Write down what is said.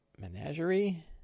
Menagerie